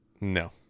No